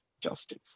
justice